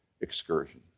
excursion